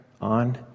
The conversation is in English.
on